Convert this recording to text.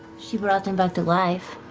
she brought him back to life.